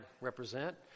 represent